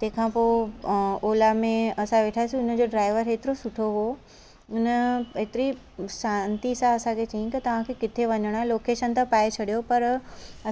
तंहिं खां पोइ ओला में असां वेठासि उन जो ड्राइवर हेतिरो सुठो हो उन एतिरी शांति सां असांखे चयाईं की तव्हांखे किथे वञिणो लोकेशन त पाए छॾियो पर